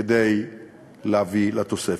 כדי להביא לתוספת.